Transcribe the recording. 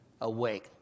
awake